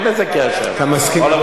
אין לזה קשר לכסף.